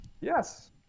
Yes